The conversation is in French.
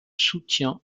soutient